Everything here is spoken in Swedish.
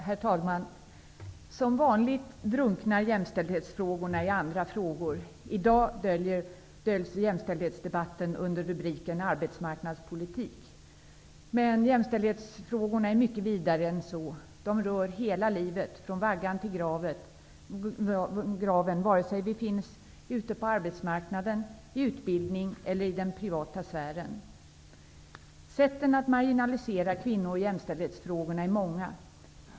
Herr talman! Som vanligt drunknar jämställdhetsfrågorna i andra frågor. I dag döljs jämställdhetsdebatten under rubriken arbetsmarknadspolitik. Men jämställdhetsfrågorna är mycket vidare än så. De rör hela livet, från vaggan till graven, vare sig vi finns ute på arbetsmarknaden, i utbildning eller i den privata sfären. Sätten att marginalisera kvinno och jämställdhetsfrågorna är många.